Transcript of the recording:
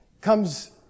comes